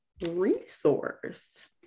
Resource